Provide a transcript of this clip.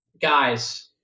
guys